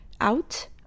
out